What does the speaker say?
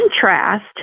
contrast